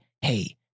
hey